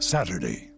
Saturday